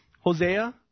Hosea